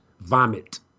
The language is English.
vomit